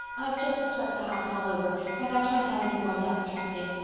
i've just swept the house all over and i can't have any more dust tracked in.